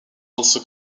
also